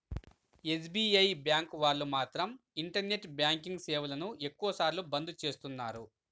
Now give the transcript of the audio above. SBI bank వాళ్ళు మాత్రం internet banking సేవలను ఎక్కువ సార్లు బంద్ చేస్తున్నారు